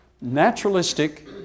naturalistic